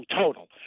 total